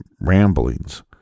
ramblings